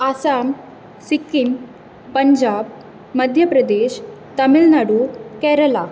Assam Sikkim Punjab Madhya Pradesh Tamil Nadu Kerala